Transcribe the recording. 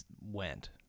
went